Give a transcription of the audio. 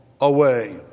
away